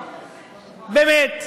באמת,